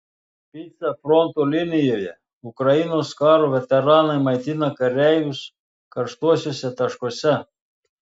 pica fronto linijoje ukrainos karo veteranai maitina kareivius karštuosiuose taškuose